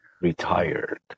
Retired